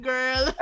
Girl